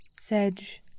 Sedge